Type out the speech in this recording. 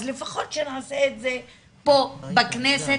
אז לפחות שנעשה את זה פה בכנסת.